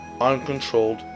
uncontrolled